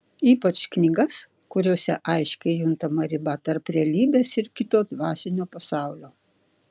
ypač knygas kuriose aiškiai juntama riba tarp realybės ir kito dvasinio pasaulio